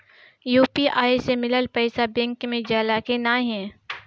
UPI से मिलल पईसा बैंक मे जाला की नाहीं?